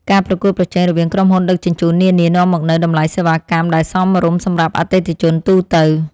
ការប្រកួតប្រជែងរវាងក្រុមហ៊ុនដឹកជញ្ជូននានានាំមកនូវតម្លៃសេវាកម្មដែលសមរម្យសម្រាប់អតិថិជនទូទៅ។